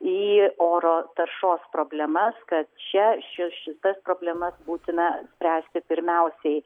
į oro taršos problemas kad čia šitas problemas būtina spręsti pirmiausiai